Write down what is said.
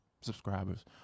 subscribers